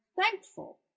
thankful